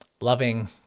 loving